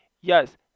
yes